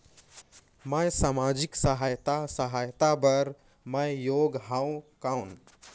मैं समाजिक सहायता सहायता बार मैं योग हवं कौन?